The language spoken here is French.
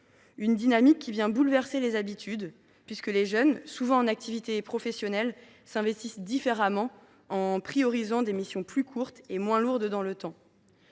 Cette dynamique vient bouleverser les habitudes, puisque les jeunes, souvent en activité professionnelle, s’investissent différemment, en choisissant en priorité des missions plus courtes et moins lourdes en termes